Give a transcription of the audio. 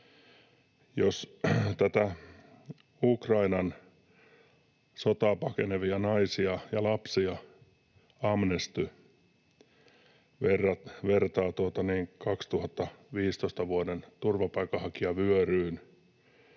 tätä Ukrainan sotaa pakenevia naisia ja lapsia Amnesty vertaa vuoden 2015 turvapaikanhakijavyöryyn,